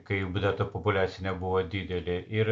kai ta populiacija nebuvo didelė ir